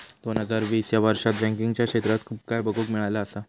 दोन हजार वीस ह्या वर्षात बँकिंगच्या क्षेत्रात खूप काय बघुक मिळाला असा